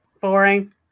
Boring